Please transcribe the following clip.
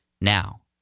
now